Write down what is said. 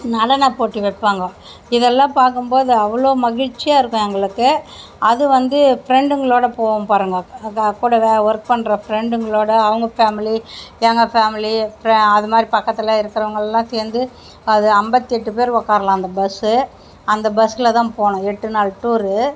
நடன போட்டி வைப்பாங்கோ இதலாம் பார்க்கும் போது அவ்வளோ மகிழ்ச்சியாக இருக்கும் அவங்களுக்கு அது வந்து ஃப்ரெண்டுங்களோட போகும்பாருங்க ஒர்க் பண்ணுற ஃப்ரெண்டுங்களோட அவங்க ஃபேமிலி எங்கள் ஃபேமிலி அதுமாதிரி பக்கத்தில் இருக்கிறவங்கள்லாம் சேர்ந்து அது ஐம்பத்தி எட்டு பேர் உக்காருலாம் அந்த பஸ்ஸு அந்த பஸ்ஸில் தான் போனோம் எட்டுநாள் டூரு